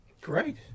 Great